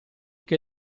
che